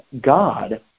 God